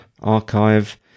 archive